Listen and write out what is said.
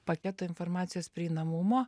paketo informacijos prieinamumo